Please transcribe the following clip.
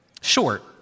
short